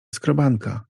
skrobanka